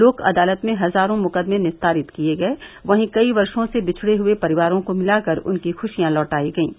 लोक अदालत में हजारों मुकदमें निस्तारित किये गये वहीं कई वर्षा से विछुडें हुए परिवारों को मिलाकर उनकी खुशियाँ लौटाई गयीं